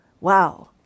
Wow